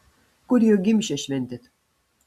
kur jo gimšę šventėt